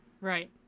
Right